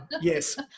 yes